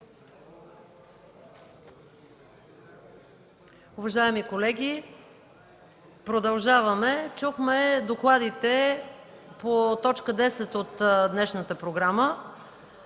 МАНОЛОВА: Колеги, продължаваме. Чухме докладите по т. 10 от днешната програма